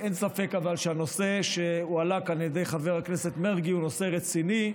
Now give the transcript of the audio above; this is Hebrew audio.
אבל אין ספק שהנושא שהועלה כאן על ידי חבר הכנסת מרגי הוא נושא רציני,